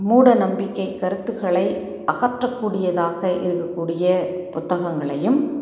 மூட நம்பிக்கைக் கருத்துக்களை அகற்றக்கூடியதாக இருக்கக்கூடிய புத்தகங்களையும்